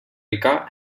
rica